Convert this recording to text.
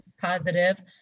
positive